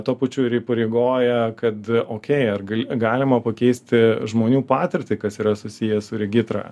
tuo pačiu ir įpareigoja kad okey aš galima pakeisti žmonių patirtį kas yra susiję su regitra